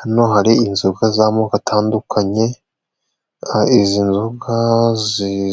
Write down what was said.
Hano hari inzoga z'amoko atandukanye. Aha izi nzoga